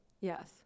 yes